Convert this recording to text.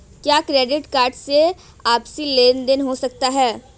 क्या credit card से आपसी लेनदेन हो सकता है?